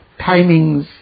timings